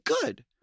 good